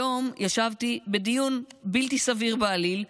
היום ישבתי בדיון בלתי סביר בעליל,